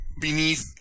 beneath